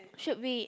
should be